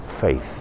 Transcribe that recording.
faith